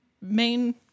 main